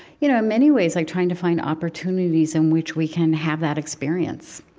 you know many ways, like trying to find opportunities in which we can have that experience.